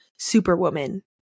Superwoman